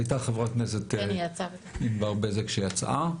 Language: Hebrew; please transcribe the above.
ח"כ ענבר בזק הייתה כאן ויצאה.